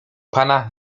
pana